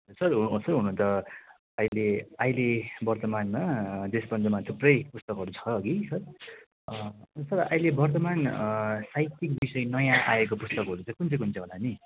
sir होस् हौ हुन त अहिले अहिले वर्तमानमा देशबन्धुमा थुप्रै पुस्तकहरू छ हगि सर उसो भए अहिले वर्तमान साहित्यिक विषय नयाँ आएको पुस्तकहरू चाहिँ कुन चाहिँ कुन चाहिँं होला नि